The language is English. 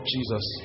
Jesus